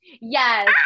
Yes